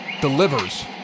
delivers